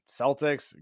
Celtics